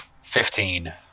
fifteen